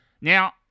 Now